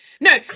No